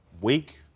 week